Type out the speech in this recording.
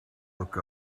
look